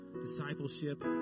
discipleship